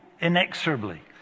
inexorably